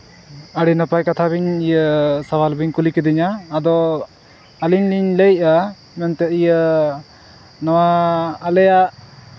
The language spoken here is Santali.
ᱟᱹᱰᱤ ᱱᱟᱯᱟᱭ ᱠᱟᱛᱷᱟ ᱵᱤᱱ ᱥᱟᱶᱟᱞ ᱵᱤᱱ ᱠᱩᱞᱤ ᱠᱤᱫᱤᱧᱟ ᱟᱫᱚ ᱟᱹᱞᱤᱧ ᱞᱟᱹᱭᱮᱫᱼᱟ ᱱᱤᱭᱟᱹ ᱱᱚᱣᱟ ᱟᱞᱮᱭᱟᱜ